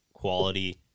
quality